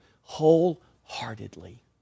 wholeheartedly